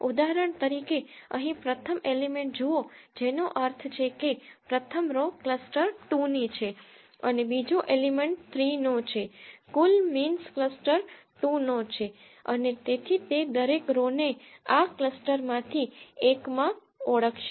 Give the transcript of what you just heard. ઉદાહરણ તરીકે અહીં પ્રથમ એલિમેન્ટ જુઓ જેનો અર્થ છે કે પ્રથમ રો ક્લસ્ટર 2 ની છે અને બીજો એલિમેન્ટ ક્લસ્ટર 3 નો છે કુલ મીન્સ ક્લસ્ટર 2 નો છે અને તેથી તે દરેક રો ને આ ક્લસ્ટરમાંથી એકમાં ઓળખશે